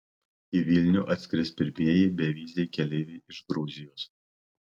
į vilnių atskris pirmieji beviziai keleiviai iš gruzijos